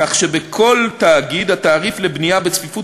כך שבכל תאגיד התעריף לבנייה בצפיפות